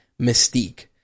mystique